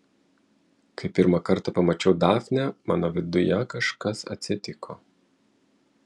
kai pirmą kartą pamačiau dafnę mano viduje kažkas atsitiko